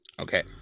okay